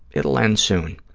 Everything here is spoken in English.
it'll end soon.